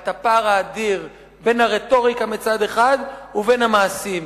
על הפער האדיר בין הרטוריקה מצד אחד ובין המעשים.